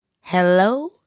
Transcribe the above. hello